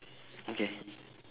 okay